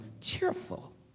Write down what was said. cheerful